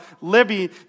Libby